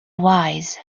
wise